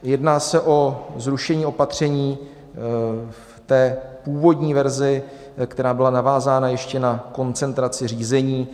Jedná se o zrušení opatření v té původní verzi, která byla navázána ještě na koncentraci řízení.